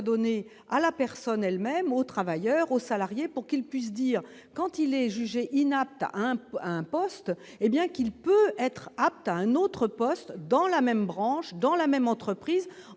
donnée à la personne elle même aux travailleurs, aux salariés pour qu'ils puissent dire quand il est jugé inapte à un point, un poste, et bien qu'il peut être apte à un autre poste dans la même branche dans la même entreprise